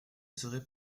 serait